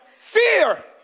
fear